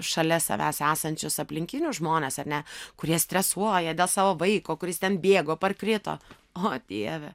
šalia savęs esančius aplinkinius žmones ar ne kurie stresuoja dėl savo vaiko kuris ten bėgo parkrito o dieve